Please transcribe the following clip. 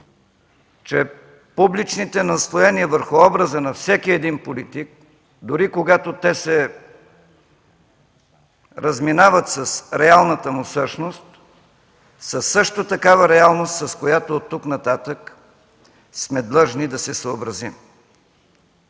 че публичните наслоения върху образа на всеки един политик, дори когато те се разминават с реалната му същност, са също такава реалност, с която оттук нататък сме длъжни да се съобразим.